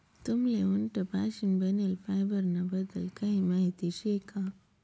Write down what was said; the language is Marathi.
तुम्हले उंट पाशीन बनेल फायबर ना बद्दल काही माहिती शे का?